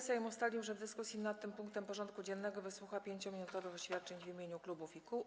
Sejm ustalił, że w dyskusji nad tym punktem porządku dziennego wysłucha 5-minutowych oświadczeń w imieniu klubów i kół.